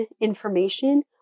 information